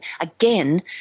Again